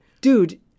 Dude